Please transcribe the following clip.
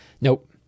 Nope